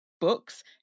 books